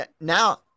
now